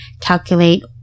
calculate